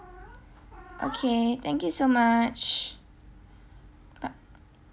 okay thank you so much bye